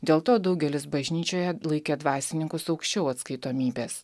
dėl to daugelis bažnyčioje laikė dvasininkus aukščiau atskaitomybės